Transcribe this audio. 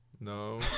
No